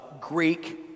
Greek